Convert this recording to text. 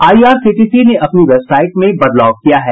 IRCTC ने अपनी website में बदलाव किया है